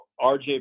RJ